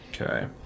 okay